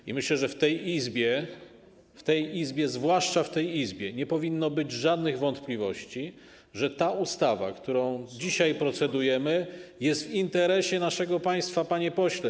I myślę, że w tej Izbie, zwłaszcza w tej Izbie, nie powinno być żadnych wątpliwości, że ta ustawa, nad którą dzisiaj procedujemy, jest w interesie naszego państwa, panie pośle.